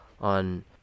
on